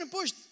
push